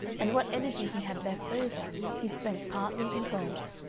and what energy he had left over he spent partly in golf,